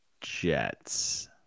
Jets